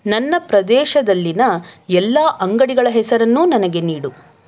ನನ್ನ ಪ್ರದೇಶದಲ್ಲಿನ ಎಲ್ಲ ಅಂಗಡಿಗಳ ಹೆಸರನ್ನೂ ನನಗೆ ನೀಡು